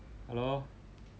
hello